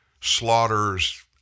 slaughters